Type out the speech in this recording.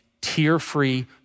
tear-free